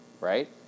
right